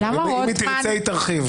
אם היא תרצה, היא תרחיב.